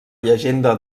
llegenda